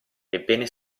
ebbene